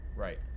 Right